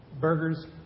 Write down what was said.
Burgers